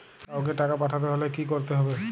কাওকে টাকা পাঠাতে হলে কি করতে হবে?